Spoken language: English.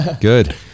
Good